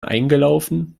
eingelaufen